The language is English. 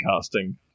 casting